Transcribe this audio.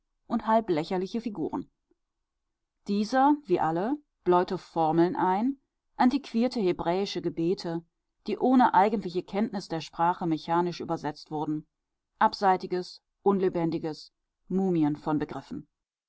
und halb lächerliche figuren dieser wie alle bläute formeln ein antiquierte hebräische gebete die ohne eigentliche kenntnis der sprache mechanisch übersetzt wurden abseitiges unlebendiges mumien von begriffen